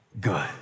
good